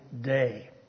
day